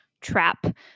trap